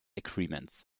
agreements